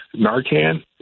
Narcan